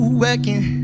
working